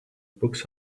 books